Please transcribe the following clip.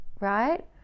right